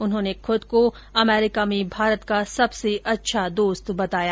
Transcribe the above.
उन्होंने खुद को अमेरीका में भारत का सबसे अच्छा दोस्त बताया